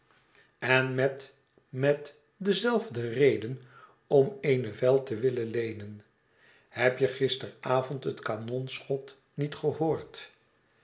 en met met dezelfde reden m eene vijl te willen leenen heb je gisteravond het kanonschot niet gehoord